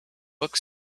book